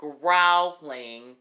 growling